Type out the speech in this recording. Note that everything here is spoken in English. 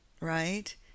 right